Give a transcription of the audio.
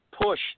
push